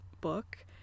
book